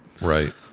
Right